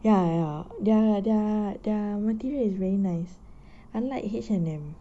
ya ya their their their material is really nice unlike H&M